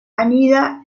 anida